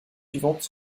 suivantes